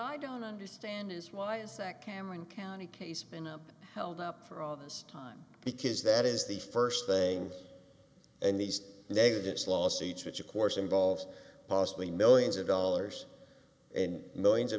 i don't understand is why is that cameron county case been up held up for all this time because that is the first thing and these negatives lawsuits which of course involves possibly millions of dollars and millions of